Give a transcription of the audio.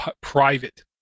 private